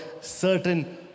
certain